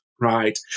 Right